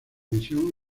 misión